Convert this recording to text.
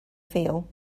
feel